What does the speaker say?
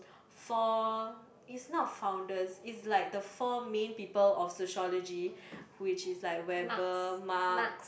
four it's not founders it's like the four main people of sociology which is like Weber Marx